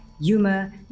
humor